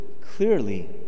clearly